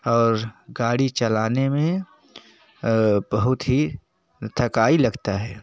और गाड़ी चलाने में बहुत ही थकाई लगता है